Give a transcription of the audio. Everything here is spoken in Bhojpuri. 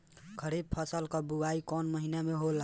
खरीफ फसल क बुवाई कौन महीना में होला?